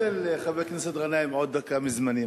היית נותן לחבר הכנסת גנאים עוד דקה מזמני,